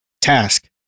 task